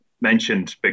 mentioned